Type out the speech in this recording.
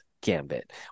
gambit